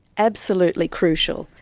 absolutely crucial.